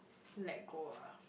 let go ah